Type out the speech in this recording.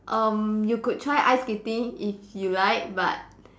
um you could try ice skating if you like but